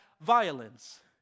violence